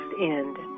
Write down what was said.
end